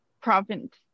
province